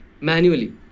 manually